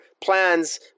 plans